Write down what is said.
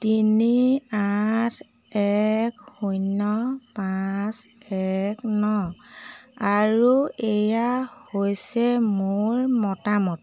তিনি আঠ এক শূন্য পাঁচ এক ন আৰু এয়া হৈছে মোৰ মতামত